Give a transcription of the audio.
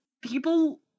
people